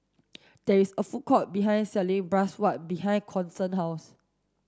there is a food court behind selling Bratwurst behind Kason's house